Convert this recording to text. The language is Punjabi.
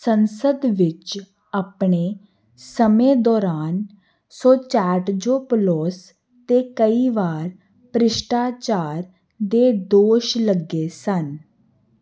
ਸੰਸਦ ਵਿੱਚ ਆਪਣੇ ਸਮੇਂ ਦੌਰਾਨ ਸੋਚੈਟਜ਼ੋਪੋਲੋਸ 'ਤੇ ਕਈ ਵਾਰ ਭ੍ਰਿਸ਼ਟਾਚਾਰ ਦੇ ਦੋਸ਼ ਲੱਗੇ ਸਨ